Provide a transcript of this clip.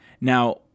Now